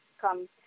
come